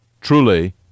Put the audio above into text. Truly